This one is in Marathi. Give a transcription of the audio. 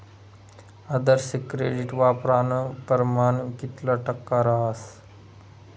आदर्श क्रेडिट वापरानं परमाण कितला टक्का रहास